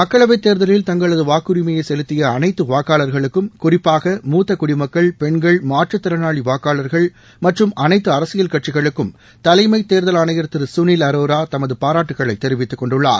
மக்களவை தேர்தலில் தங்களது வாக்குரிமைனய செலுத்திய அனைத்து வாக்காளர்களுக்கும் குறிப்பாக மூத்த குடிமக்கள் பெண்கள் மாற்றுத் திறனாளி வாக்காளர்கள் மற்றும் அனைத்து அரசியல் கட்சிகளுக்கும் தலைமை தேர்தல் ஆணையர் திரு சுனில் அரோரா தமது பாராட்டுகளை தெரிவித்துக் கொண்டுள்ளார்